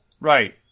Right